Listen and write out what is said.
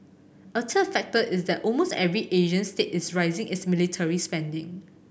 a third factor is that almost every Asian state is raising its military spending